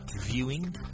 viewing